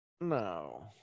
No